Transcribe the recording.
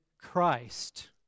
Christ